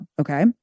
Okay